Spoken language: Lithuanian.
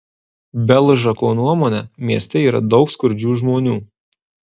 belžako nuomone mieste yra daug skurdžių žmonių